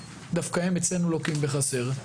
דווקא הם אצלנו לוקחים בחסר,